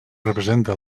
representa